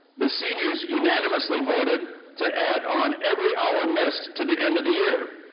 the seniors unanimously voted to add on every hour missed to the end of the year